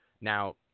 now